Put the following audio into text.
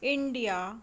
India